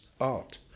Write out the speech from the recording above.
art